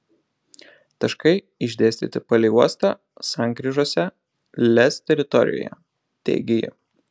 taškai išdėstyti palei uostą sankryžose lez teritorijoje teigė ji